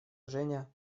женя